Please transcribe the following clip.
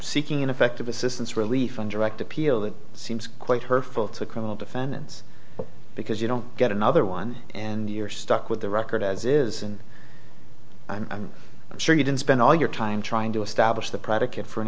seeking ineffective assistance relief and direct appeal that seems quite hurtful to criminal defendants because you don't get another one and you're stuck with the record as is and i'm sure you didn't spend all your time trying to establish the predicate for an